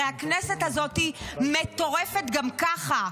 הרי הכנסת הזאת מטורפת גם ככה.